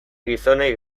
gizonei